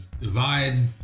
divide